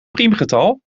priemgetal